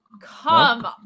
Come